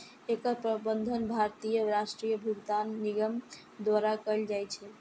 एकर प्रबंधन भारतीय राष्ट्रीय भुगतान निगम द्वारा कैल जाइ छै